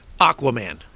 Aquaman